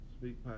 Speak